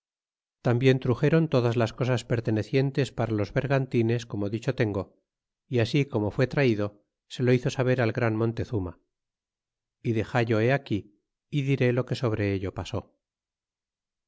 tambien truxéron todas las cosas pertenecientes para los vergantines como dicho tengo y ast como fue traido se lo hizo saber al gran monte zuma y dexallo he aquí y diré lo que sobre ello pasó